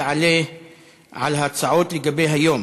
תענה על ההצעות לגבי היום,